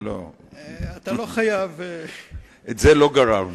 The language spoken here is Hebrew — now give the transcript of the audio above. את זה לא גררנו.